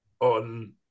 on